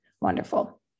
wonderful